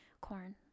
Corn